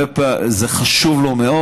זה חשוב לו מאוד.